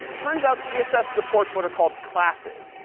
turns out css supports what are called classes.